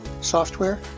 software